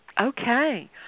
Okay